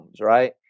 right